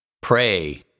Pray